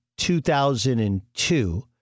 2002